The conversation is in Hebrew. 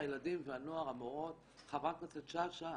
המורות, חברת הכנסת שאשא,